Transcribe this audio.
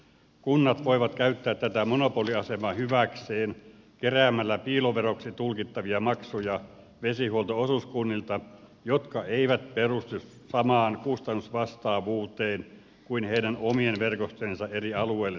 kunnat voivat käyttää tätä monopoliasemaa hyväkseen keräämällä piiloveroksi tulkittavia maksuja vesihuolto osuuskunnilta jotka eivät perustu samaan kustannusvastaavuuteen kuin heidän omien verkostojensa eri alueille tuotetut palvelut